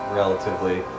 relatively